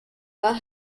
are